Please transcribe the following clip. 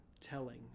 telling